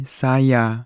saya